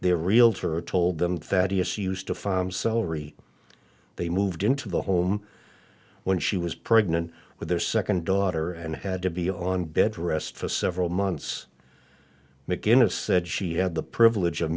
their realtor told them that he is used to find celery they moved into the home when she was pregnant with their second daughter and had to be on bedrest for several months mcginnis said she had the privilege of